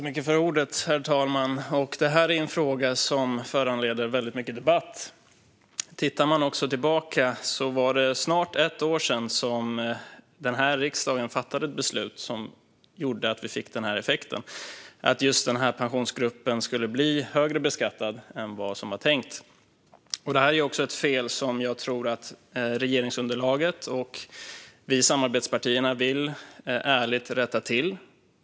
Herr talman! Detta är en fråga som föranleder väldigt mycket debatt. Tittar man tillbaka var det snart ett år sedan som denna riksdag fattade ett beslut som gjorde att vi fick denna effekt, att just denna pensionärsgrupp skulle blir högre beskattad än vad som var tänkt. Detta är också ett fel som jag tror att regeringsunderlaget och vi i samarbetspartierna ärligt vill rätta till.